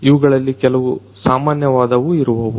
ಇವುಗಳಲ್ಲಿ ಕೆಲವು ಸಾಮನ್ಯವಾದವು ಇರುವವು